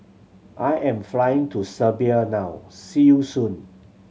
I am flying to Serbia now see you soon